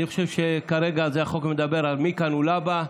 אני חושב שכרגע החוק מדבר על מכאן ולהבא,